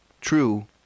true